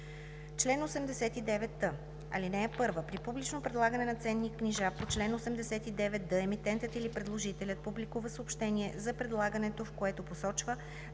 Чл. 89т. (1) При публично предлагане на ценни книжа по чл. 89д, емитентът или предложителят публикува съобщение за предлагането, в което посочва